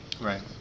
Right